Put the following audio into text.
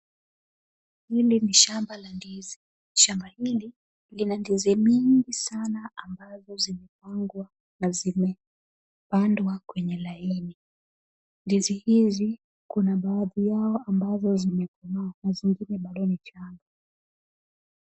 Hili ni shamba la ndizi, shamba hili lina ndizi mingi sana ambazo zimepangwa na zimepandwa kwenye laini . Ndizi hizi kuna baadhi yao ambazo zimekomaa na zingine bado ni changa.